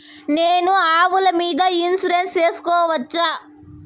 నేను ఆవుల మీద ఇన్సూరెన్సు సేసుకోవచ్చా?